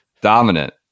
Dominant